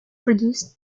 produced